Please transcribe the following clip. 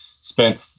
spent